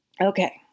Okay